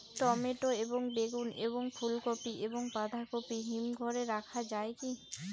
Tomato এবং বেগুন এবং ফুলকপি এবং বাঁধাকপি হিমঘরে রাখা যায় কি?